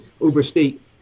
overstate